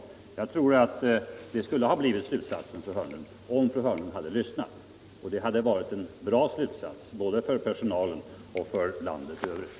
Ja, jag tror att det skulle ha blivit slutsatsen, fru Hörnlund, om man hade lyssnat. Det hade varit en bra slutsats, både för personalen och för landet som helhet.